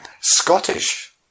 Scottish